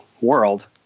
world